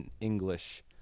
English